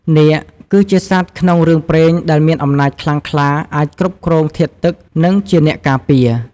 នាគ គឺជាសត្វក្នុងរឿងព្រេងដែលមានអំណាចខ្លាំងក្លា អាចគ្រប់គ្រងធាតុទឹក និងជាអ្នកការពារ។